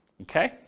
Okay